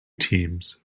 teams